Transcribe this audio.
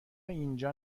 اینجا